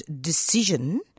decision